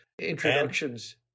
introductions